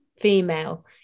female